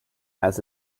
has